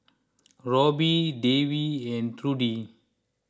Robbie Davey and Trudy